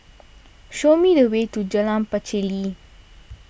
show me the way to Jalan Pacheli